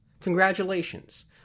Congratulations